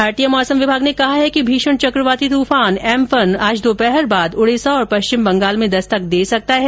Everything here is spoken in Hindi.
भारतीय मौसम विभाग ने कहा है कि भीषण चक्रवाती तूफान एम्फन आज आज दोपहर बाद उडीसा और पश्चिम बंगाल में दस्तक दे सकता है